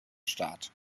staat